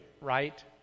right